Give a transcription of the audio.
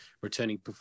returning